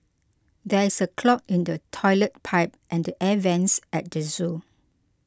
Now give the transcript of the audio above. there is a clog in the Toilet Pipe and the Air Vents at the zoo